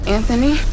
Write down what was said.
Anthony